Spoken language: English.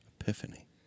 epiphany